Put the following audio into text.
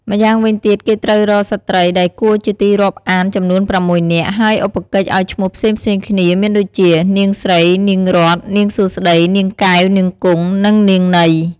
ម្យ៉ាងវិញទៀតគេត្រូវរកស្រ្តី ដែលគួរជាទីរាប់អានចំនួន៦នាក់ ហើយឧបកិច្ចឱ្យឈ្មោះផ្សេងៗគ្នាមានដូចជា នាងស្រី នាងរតន៍ នាងសួស្តី នាងកែវ នាងគង់ និងនាងន័យ។